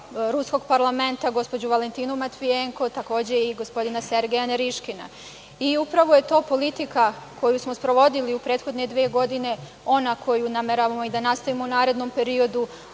Ruskog parlamenta gospođu Valentinu Matvijenko, takođe i gospodina Sergeja Neriškina, i upravo je to politika koju smo sprovodili u prethodne dve godine, ona koju nameravamo da nastavimo u narednom periodu,